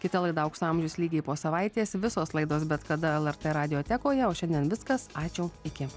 kita laida aukso amžius lygiai po savaitės visos laidos bet kada lrt radiotekoje o šiandien viskas ačiū iki